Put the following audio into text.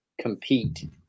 compete